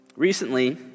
Recently